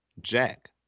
Jack